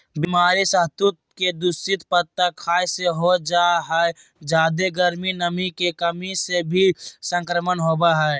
बीमारी सहतूत के दूषित पत्ता खाय से हो जा हई जादे गर्मी, नमी के कमी से भी संक्रमण होवई हई